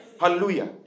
Hallelujah